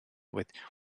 with